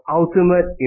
ultimate